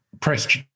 press